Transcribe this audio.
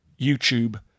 YouTube